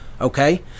okay